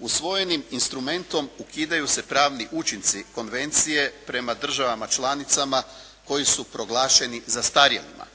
Usvojenim instrumentom ukidaju se pravni učinci Konvencije prema državama članicama koji su proglašeni zastarjelima.